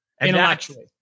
intellectually